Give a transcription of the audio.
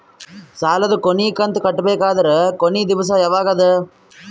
ಸಾಲದ ಕೊನಿ ಕಂತು ಕಟ್ಟಬೇಕಾದರ ಕೊನಿ ದಿವಸ ಯಾವಗದ?